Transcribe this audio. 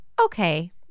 okay